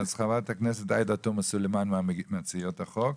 חברת הכנסת עאידה תומא סלימאן ממציעות החוק,